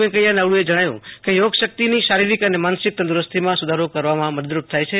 વૈંકયા નાયડુએ જણાવ્યુ કે થોગ વ્યક્તિની શારિરીક અને માનસિક તંદુરસ્તીમાં સુ ધારીકરવામાં મદદરૂપ થાય છે